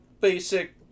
Basic